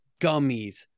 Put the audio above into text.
gummies